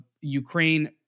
Ukraine